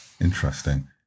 Interesting